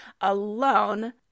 alone